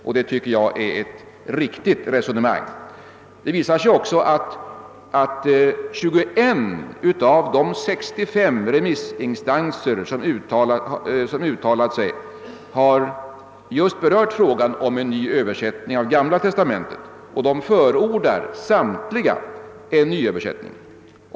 Detta tycker jag är ett riktigt resonemang. Som framgår av utskottets skrivning har 21 av de 65 remissinstanser som uttalat sig berört just frågan om en ny översättning av Gamla testamentet, varvid samtliga har förordat nyöversättning.